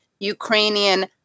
ukrainian